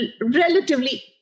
relatively